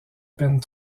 peine